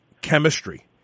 chemistry